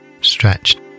stretched